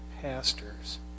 pastors